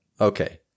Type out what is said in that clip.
Okay